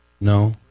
No